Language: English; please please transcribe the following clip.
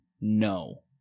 no